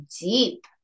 deep